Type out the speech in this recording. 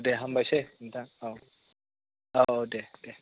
दे हामबायसै नोंथां औ औ दे दे